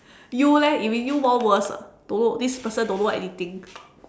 you leh if it you more worse ah don't know this person don't know anything